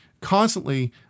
constantly